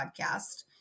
podcast